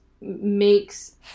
makes